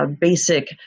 basic